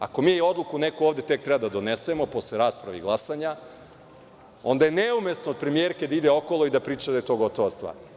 Ako mi neku odluku ovde tek treba da donesemo posle rasprave i glasanja, onda je neumesno od premijerke da ide okolo i da priča da je to gotova stvar.